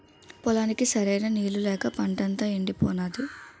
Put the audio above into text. పొలానికి సరైన నీళ్ళు లేక పంటంతా యెండిపోనాది